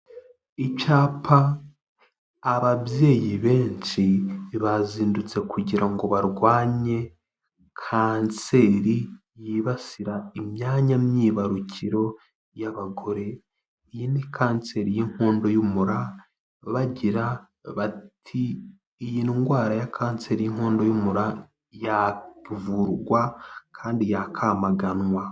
Icyapa, ababyeyi benshi bazindutse kugira ngo barwanye kanseri yibasira imyanya myibarukiro y'abagore. Iyi ni kanseri y'inkondo y'umura, bagira bati "iyi ndwara ya kanseri y'inkondo y'umura, yavurwa kandi yakwamaganwa."